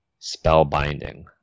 spellbinding